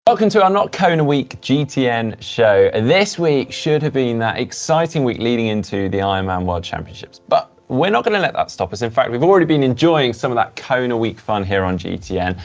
welcome to our not kona week gtn show. this week should have been that exciting week leading into the ironman world championships, but we're not going to let that stop us. in fact, we've already been enjoying some of that kona week fun here on gtn.